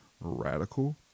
radical